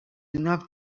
enough